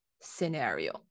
scenario